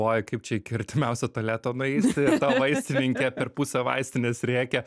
oj kaip čia iki artimiausio tualeto nueiti ir ta vaistininkė per pusę vaistinės rėkia